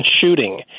shooting